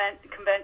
Convention